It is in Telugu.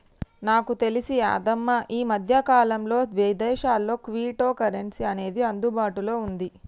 నాకు తెలిసి యాదమ్మ ఈ మధ్యకాలంలో విదేశాల్లో క్విటో కరెన్సీ అనేది అందుబాటులో ఉంది